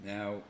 Now